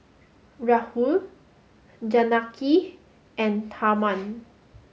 Rahul Janaki and Tharman